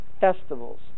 festivals